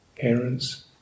parents